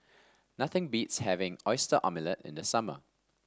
nothing beats having Oyster Omelette in the summer